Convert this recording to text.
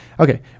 Okay